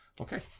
Okay